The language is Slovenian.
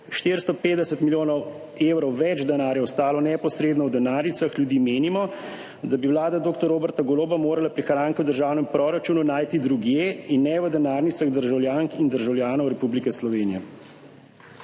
450 milijonov evrov več denarja ostalo neposredno v denarnicah ljudi, menimo, da bi Vlada dr. Roberta Goloba morala prihranke v državnem proračunu najti drugje in ne v denarnicah državljank in državljanov Republike Slovenije.